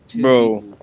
Bro